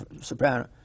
soprano